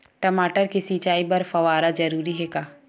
टमाटर के सिंचाई बर फव्वारा जरूरी हे का?